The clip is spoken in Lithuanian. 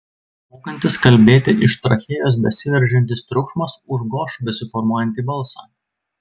mokantis kalbėti iš trachėjos besiveržiantis triukšmas užgoš besiformuojantį balsą